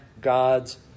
God's